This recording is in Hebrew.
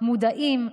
שלא מספיק מודעים,